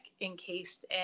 encased